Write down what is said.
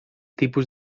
tipus